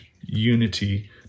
unity